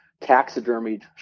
taxidermied